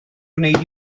gwneud